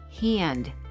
hand